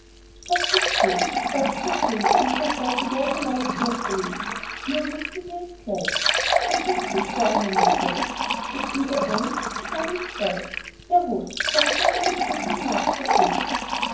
das trifft zu so weit sagte der könig und fuhr fort die verse leise durchzulesen nur wußten wir es gleich das sind die geschwornen natürlich ich gab ihr eins sie gab ihm zwei ja wohl so hat er's mit den kuchen gemacht versteht sich